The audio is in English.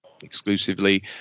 exclusively